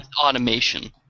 Automation